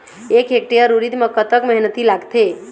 एक हेक्टेयर उरीद म कतक मेहनती लागथे?